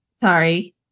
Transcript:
sorry